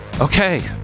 Okay